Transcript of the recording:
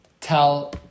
tell